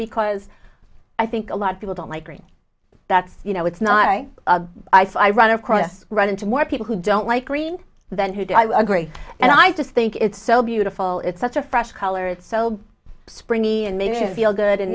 because i think a lot of people don't like green that's you know it's not i so i run across run into more people who don't like green than who do i agree and i just think it's so beautiful it's such a fresh color it's so springy and made me feel good and